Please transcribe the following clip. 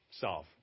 solve